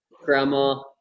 grandma